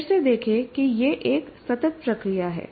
फिर से देखें कि यह एक सतत प्रक्रिया है